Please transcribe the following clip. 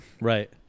right